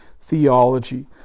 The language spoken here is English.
theology